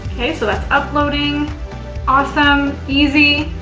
okay, so that's uploading awesome, easy.